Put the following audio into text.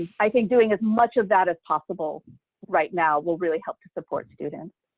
and i think doing as much of that as possible right now will really help to support students,